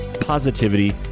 positivity